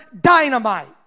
dynamite